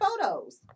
photos